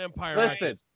Listen